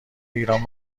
ایران